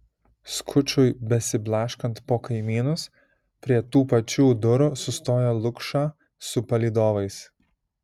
skučui besiblaškant po kaimynus prie tų pačių durų sustojo lukša su palydovais